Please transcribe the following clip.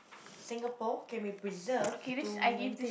Singapore can be preserved to maintain